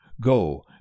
GO